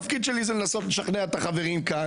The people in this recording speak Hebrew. התפקיד שלי זה לנסות לשכנע את החברים כאן,